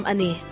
Ani